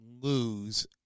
lose